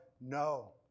No